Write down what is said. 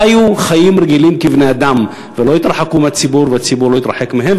חיו חיים רגילים כבני-אדם ולא התרחקו מהציבור והציבור לא התרחק מהם.